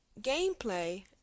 gameplay